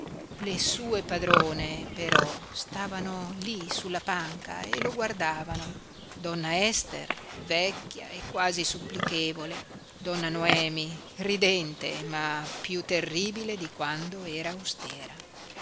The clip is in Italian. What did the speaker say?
le sue padrone però stavano lí sulla panca e lo guardavano donna ester vecchia e quasi supplichevole donna noemi ridente ma piú terribile di quando era austera